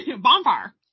Bonfire